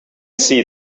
see